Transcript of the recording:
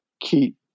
keep